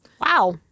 Wow